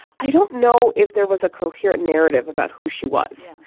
i don't know if there was a coherent narrative about who she was.